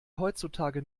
heutzutage